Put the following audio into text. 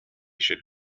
should